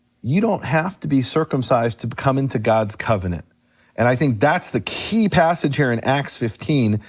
you don't have to be circumcised to come into god's covenant and i think that's the key passage here in acts fifteen,